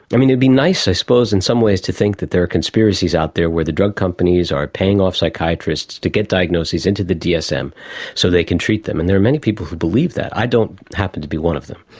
i mean, it would be nice i suppose in some ways to think that there are conspiracies out there where the drug companies are paying off psychiatrists to get diagnoses into the dsm so that they can treat them, and there are many people who believe that. i don't happen to be one of them.